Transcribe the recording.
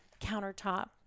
countertop